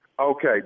Okay